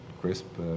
Crisp